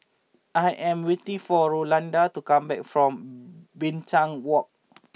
I am waiting for Rolanda to come back from Binchang Walk